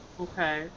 Okay